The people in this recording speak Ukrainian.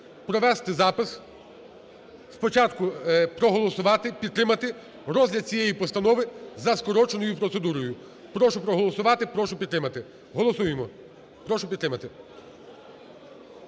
провести запис… Спочатку проголосувати, підтримати розгляд цієї постанови за скороченою процедурою. Прошу проголосувати, прошу підтримати. Голосуємо, прошу підтримати.